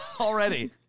Already